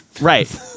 Right